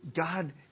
God